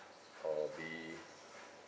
uh be